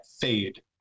fade